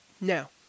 Now